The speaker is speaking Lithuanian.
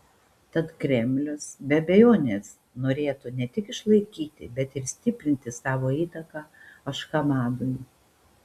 tad kremlius be abejonės norėtų ne tik išlaikyti bet ir stiprinti savo įtaką ašchabadui